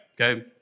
Okay